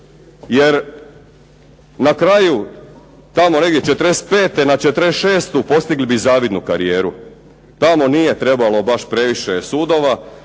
Jer na kraju tamo negdje '45. na '46. postigli bi zavidnu karijeru. Tamo nije trebalo baš previše sudova.